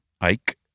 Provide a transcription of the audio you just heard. Ike